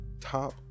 top